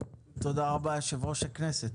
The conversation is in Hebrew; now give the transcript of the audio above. תודה רבה יושב-ראש הכנסת.